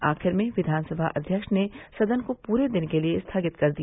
आखिर में विधानसभा अध्यक्ष ने सदन को पूरे दिन के लिये स्थगित कर दिया